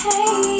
Hey